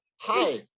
Hi